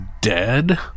dead